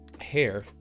hair